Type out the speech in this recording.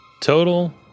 Total